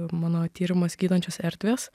mano tyrimas gydančios erdvės